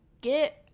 get